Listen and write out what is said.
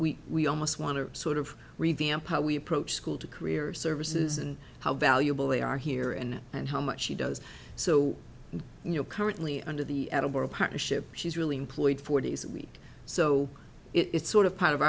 we we almost want to sort of revamp how we approach school to career services and how valuable they are here and and how much she does so you know currently under the partnership she's really employed forty's week so it's sort of part of